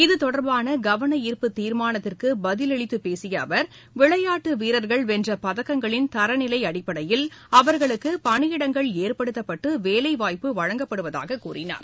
இது தொடர்பாளகவளார்ப்பு தீர்மானத்துக்குப் பதிலளித்தபேசியஅவர் விளையாட்டுவீரர்கள் வென்றபதக்கங்களின் தரநிலைஅடிப்படயில் அவர்களுக்குபணி இடங்கள் ஏற்படுத்தப்பட்டுவேலைவாய்ப்பு வழங்கப்படுவதாகக் கூறினார்